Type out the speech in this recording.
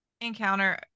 encounter